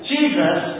Jesus